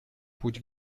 путь